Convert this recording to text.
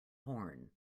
horn